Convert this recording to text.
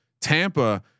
Tampa